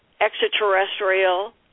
extraterrestrial